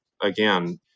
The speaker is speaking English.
Again